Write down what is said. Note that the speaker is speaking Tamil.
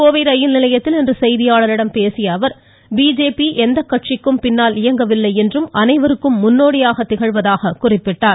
கோவை ரயில் நிலையத்தில் செய்தியாளரிடம் பேசிய அவர் பிஜேபி எக்கட்சிக்கும் பின்னால் இயங்கவில்லை என்றும் அனைவருக்கும் முன்னோடியாக திகழ்வதாக குறிப்பிட்டார்